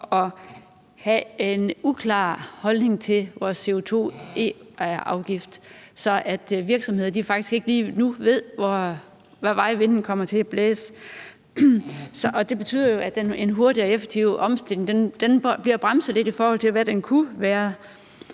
at have en uklar holdning til vores CO2-afgift, så virksomheder lige nu faktisk ikke ved, hvad vej vinden kommer til at blæse. Og det betyder jo, at en hurtig og effektiv omstilling bliver bremset lidt, i forhold til hvad den kunne være.